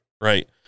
right